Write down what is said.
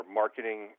marketing